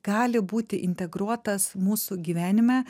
gali būti integruotas mūsų gyvenime